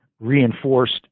reinforced